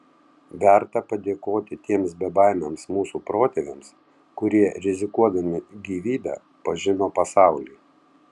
verta padėkoti tiems bebaimiams mūsų protėviams kurie rizikuodami gyvybe pažino pasaulį